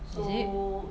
is it